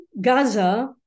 Gaza